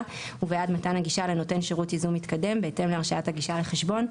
ובעד מתן הגישה לנותן שירות ייזום מתקדם בהתאם להרשאת הגישה לחשבון.